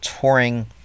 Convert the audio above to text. touring